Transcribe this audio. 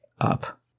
up